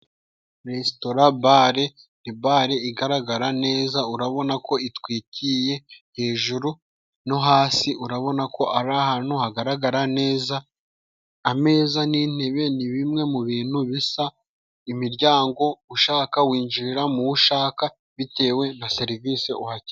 Resitora bale, ni bale igaragara neza. Urabona ko itwikiye hejuru no hasi. Urabona ko ari ahantu hagaragara neza. Ameza n'intebe ni bimwe mu bintu bisa. Imiryango ushaka winjirira mu wo ushaka bitewe na serivisi uhakeneye.